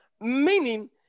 meaning